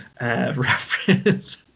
reference